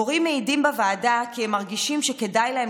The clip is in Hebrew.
מורים מעידים בוועדה כי הם מרגישים שכדאי להם